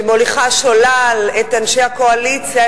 שמוליכה שולל את אנשי הקואליציה,